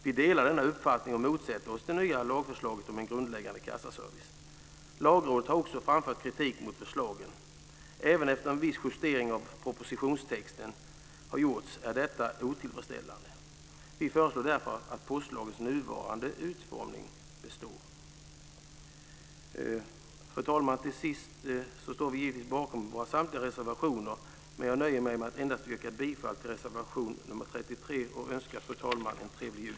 Vi delar denna uppfattning och motsätter oss det nya lagförslaget om en grundläggande kassaservice. Lagrådet har också framfört kritik mot förslaget. Även efter det att en viss justering av propositionstexten har gjorts är detta otillfredsställande. Vi föreslår därför att postlagens nuvarande utformning består. Fru talman! Vi står givetvis bakom samtliga våra reservationer, men jag nöjer mig med att yrka bifall endast till reservation nr 33. Jag önskar fru talman en trevlig jul.